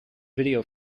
video